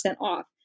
off